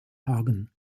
hagen